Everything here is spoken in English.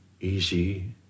easy